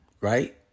Right